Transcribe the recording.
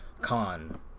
con